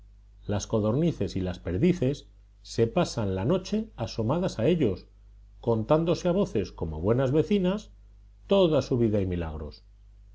las codornices y las perdices se pasan la noche asomadas a ellos contándose a voces como buenas vecinas toda su vida y milagros